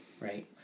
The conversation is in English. Right